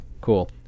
cool